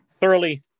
thoroughly